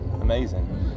Amazing